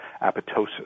apoptosis